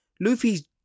Luffy's